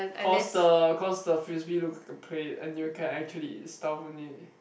cause the cause the frisbee look like a plate and you can actually eat stuff on it